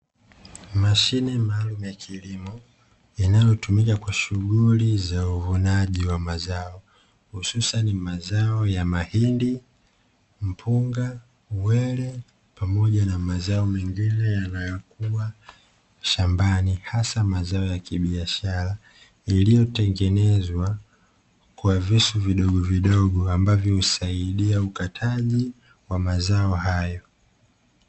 Mashine maalumu ya kilimo inayotumika kwaajili ya uvunaji wa mazao hususani mazao ya mahindi, mpunga, uwele pamoja na mazao mengine yanayokua shambani kwa zao la kibiashara lililotengenezwa kwa visu vidogovidogo ambavyo husaidia ukataji wa mazao hayo.